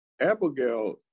Abigail